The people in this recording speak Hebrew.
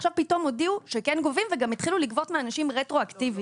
עכשיו פתאום הודיעו שכן גובים וגם התחילו לגבות מאנשים רטרואקטיבית.